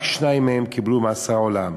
רק שניים מהם קיבלו מאסר עולם,